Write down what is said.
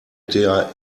der